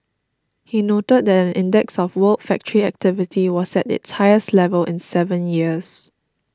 he noted that an index of world factory activity was at its highest level in seven years